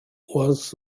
was